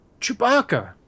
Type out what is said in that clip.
Chewbacca